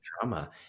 drama